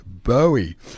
Bowie